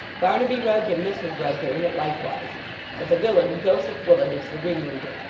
barnaby rudge and mrs rudge are in it likewise but the villain, joseph willet, is the ringleader.